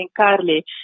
Carly